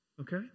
Okay